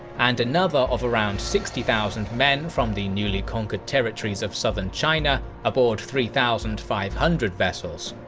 and another of around sixty thousand men from the newly conquered territories of southern china, aboard three thousand five hundred vessels.